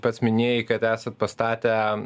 pats minėjai kad esat pastatę